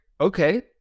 okay